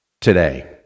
today